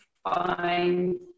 find